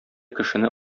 кешене